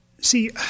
see